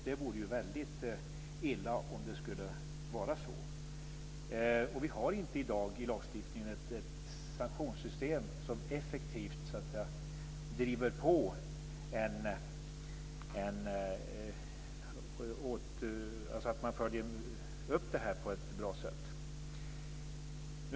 Det vore illa om det skulle vara så. Vi har i dag inte i lagstiftningen ett sanktionssystem som effektivt driver på detta så att det följs upp på ett bra sätt.